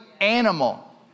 animal